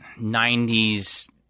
90s